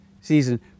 season